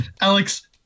Alex